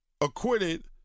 acquitted